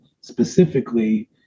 specifically